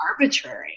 arbitrary